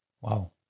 Wow